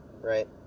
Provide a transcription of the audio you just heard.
right